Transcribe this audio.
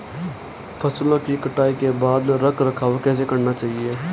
फसलों की कटाई के बाद रख रखाव कैसे करना चाहिये?